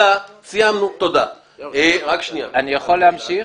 כבוד היושב ראש, אני יכול להמשיך?